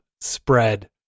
spread